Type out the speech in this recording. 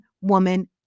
woman